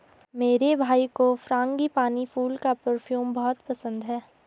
मेरे भाई को फ्रांगीपानी फूल का परफ्यूम बहुत पसंद है